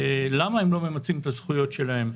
למה הם לא ממצים את הזכויות שלהם.